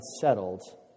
settled